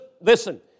Listen